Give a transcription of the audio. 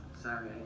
Sorry